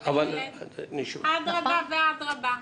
אדרבא ואדרבא.